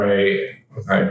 Right